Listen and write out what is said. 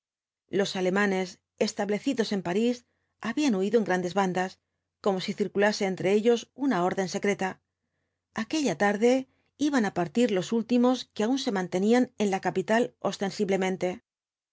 los alemanes establecidos en parís habían huido en grandes bandas como si circulase entre ellos una orden secreta aquella tarde iban á partir los últimos que aun se mantenían en la capital ostensiblemente he